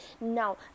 Now